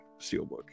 steelbook